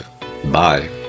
Bye